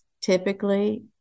typically